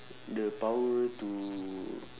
the power to